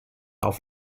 auf